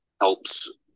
helps